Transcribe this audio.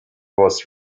was